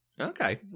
okay